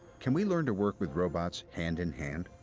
can we learn to work with robots hand-in-hand?